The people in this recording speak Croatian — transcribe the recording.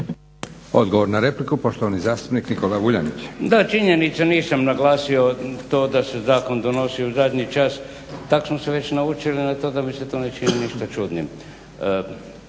(Hrvatski laburisti - Stranka rada)** Da, činjenica, nisam naglasio to da se zakon donosi u zadnji čas, tako smo se već naučili na to da mi se to ne čini ništa čudnim.